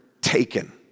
taken